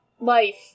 life